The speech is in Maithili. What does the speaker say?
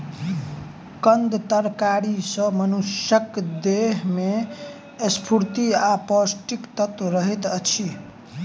कंद तरकारी सॅ मनुषक देह में स्फूर्ति आ पौष्टिक तत्व रहैत अछि